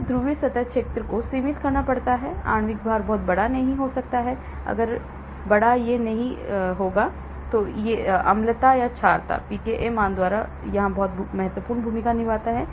ध्रुवीय सतह क्षेत्र को सीमित करना पड़ता है आणविक भार बहुत बड़ा नहीं हो सकता है अगर बड़ा यह नहीं जाएगा तो अम्लता या क्षारकता pKa मान बहुत महत्वपूर्ण भूमिका निभाता है